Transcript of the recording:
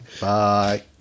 Bye